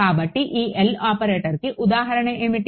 కాబట్టి ఈ L ఆపరేటర్కి ఉదాహరణ ఏమిటి